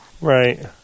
Right